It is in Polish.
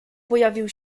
pojawił